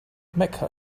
mecca